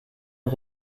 est